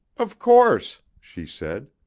of course, she said.